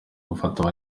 gufata